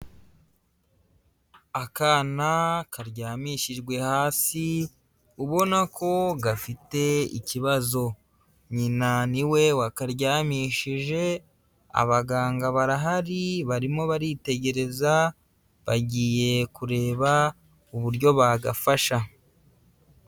Akana karyamishijwe hasi, ubona ko gafite ikibazo nyina ni we wakaryamishije, abaganga barahari barimo baritegereza bagiye kureba uburyo bagafasha.